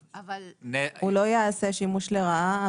הוא לא יעשה שימוש לרעה,